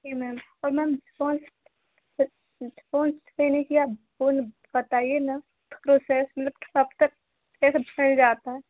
जी ma'am और ma'am fast loan लेने कि आप वह बताइए ना प्रोसेस मतलब कब तक कैसे मिल जाता है